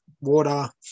water